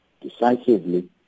decisively